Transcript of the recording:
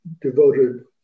devoted